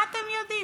מה אתם יודעים?